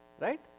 right